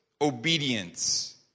obedience